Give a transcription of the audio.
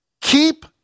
Keep